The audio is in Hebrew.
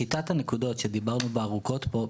שיטת הנקודות שדיברנו בה ארוכות פה,